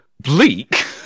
Bleak